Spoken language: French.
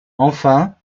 enfin